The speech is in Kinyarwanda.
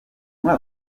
muri